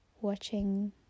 watching